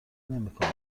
نمیکنم